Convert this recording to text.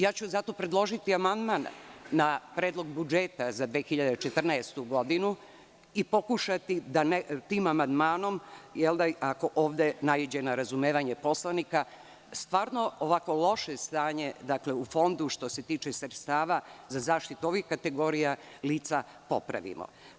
Zato ću predložiti amandman na Predlog budžeta za 2014. godinu i pokušati da tim amandmanom, ako ovde naiđe na razumevanje poslanika, stvarno ovako loše stanje u Fondu što se tiče sredstava za zaštitu ovih kategorija lica popravilo.